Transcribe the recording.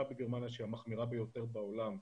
בגרמניה שהיא המחמירה ביותר בעולם,